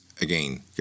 Again